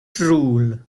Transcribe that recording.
drool